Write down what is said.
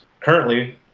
Currently